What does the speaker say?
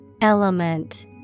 Element